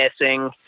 missing